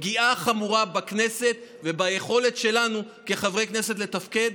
-- זאת פשוט פגיעה חמורה בכנסת וביכולת שלנו כחברי כנסת לתפקד.